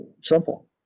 Simple